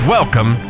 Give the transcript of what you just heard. Welcome